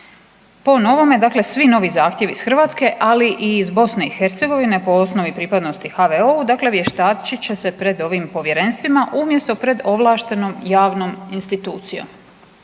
Po novome dakle svi novi zahtjevi iz Hrvatske, ali i iz Bosne i Hercegovine po osnovi pripadnosti HVO-u dakle vještačit će se pred ovim povjerenstvima umjesto pred ovlaštenom javnom institucijom.